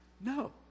no